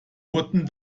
wurden